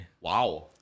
Wow